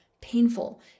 painful